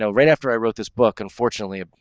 so right after i wrote this book. unfortunately, um,